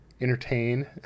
entertain